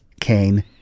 Cain